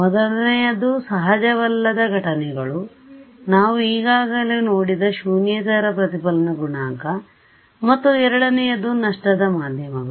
ಮೊದಲನೆಯದು ಸಹಜವಲ್ಲದ ಘಟನೆಗಳು ನಾವು ಈಗಾಗಲೇ ನೋಡಿದ ಶೂನ್ಯೇತರ ಪ್ರತಿಫಲನ ಗುಣಾಂಕ ಮತ್ತು ಎರಡನೆಯದು ನಷ್ಟದ ಮಾಧ್ಯಮಗಳು